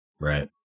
Right